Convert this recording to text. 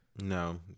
No